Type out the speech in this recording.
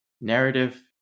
narrative